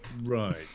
Right